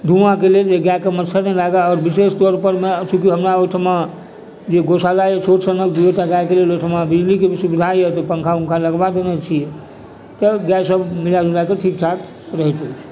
धुआँके लेल जे गाएके मच्छर नहि लागै आओर विशेष तौर परमे चूँकि हमरा ओहिठाम जे गौशाला अछि ओहि सबमे दूए टा गाएके लेल ओहिठाम बिजली के भी सुविधा यऽ पङ्खा उङ्खा लगबा देनै छियै तऽ गाए सब मिला जुलाके ठीक ठाक रहैत अछि